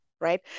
right